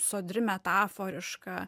sodri metaforiška